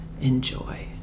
enjoy